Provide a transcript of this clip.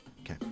Okay